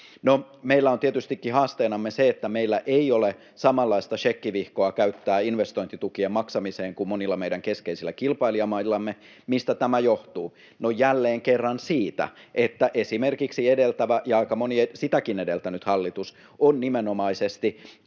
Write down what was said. Meillä on tietystikin haasteenamme se, että meillä ei ole samanlaista šekkivihkoa käyttää investointitukien maksamiseen kuin monilla meidän keskeisillä kilpailijamaillamme. Mistä tämä johtuu? No, jälleen kerran siitä, että esimerkiksi edeltävä ja aika moni sitäkin edeltänyt hallitus on nimenomaisesti